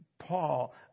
Paul